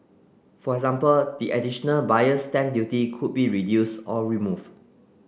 for example the additional Buyer's Stamp Duty could be reduce or remove